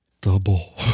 Double